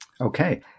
Okay